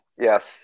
Yes